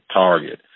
target